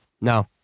No